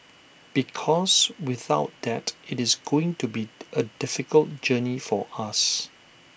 because without that IT is going to be A difficult journey for us